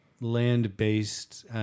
land-based